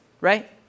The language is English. right